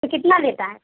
تو کتنا لیتا ہے